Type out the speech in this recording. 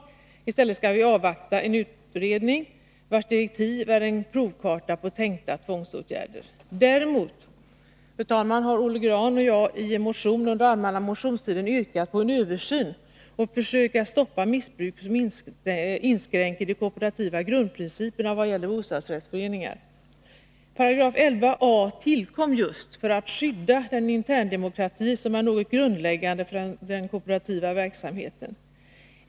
Vi skall i stället avvakta en utredning, vars direktiv är en provkarta på tänkta tvångsåtgärder. Fru talman! Olle Grahn och jag har däremot i en motion under allmänna motionstiden yrkat på översyn och försök att stoppa missbruk som inskränker de kooperativa grundprinciperna i vad gäller bostadsrättsföreningar. 11a§ tillkom just för att skydda den interndemokrati som är något grundläggande för den kooperativa verksamheten.